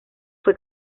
fue